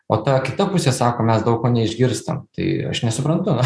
o ta kita pusė sako mes daug ko neišgirstam tai aš nesuprantu